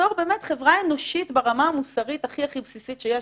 בתור באמת חברה אנושית ברמה המוסרית הכי-הכי בסיסית שיש,